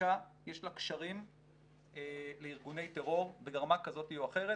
ובחלקה יש לה קשרים לארגוני טרור ברמה כזו או אחרת,